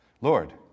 Lord